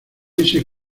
ese